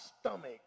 stomach